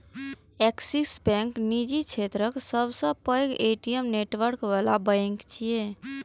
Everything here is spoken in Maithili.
ऐक्सिस बैंक निजी क्षेत्रक सबसं पैघ ए.टी.एम नेटवर्क बला बैंक छियै